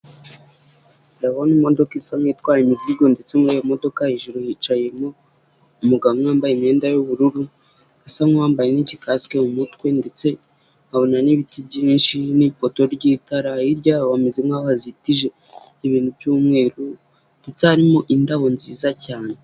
Ndabona imodoka isa nk'itwaye imizigo ndetse muri iyo modoka hejuru hicaye umugabo umwe wambaye imyenda yubururu, asa nk'uwambaye igikasike mu mutwe ndetse nkabona n'ibiti byinshi n'ipoto ry'itara ryaho bameze nkaho azitije, ibintu by'umweru ndetse harimo indabo nziza cyane.